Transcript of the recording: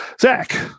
Zach